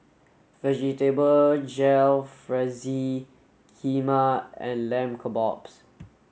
Vegetable Jalfrezi Kheema and Lamb Kebabs